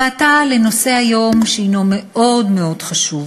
ועתה לנושא העולה היום, שהוא מאוד מאוד חשוב.